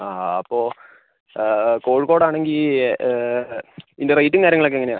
ആ അപ്പൊൾ കോഴിക്കോട് ആണെങ്കിൽ ഈൻ്റ റേയ്റ്റും കാര്യങ്ങളൊക്കെ എങ്ങനെയാണ്